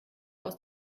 aus